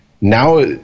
now